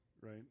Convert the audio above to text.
right